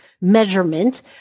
measurement